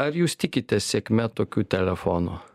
ar jūs tikite sėkme tokių telefonų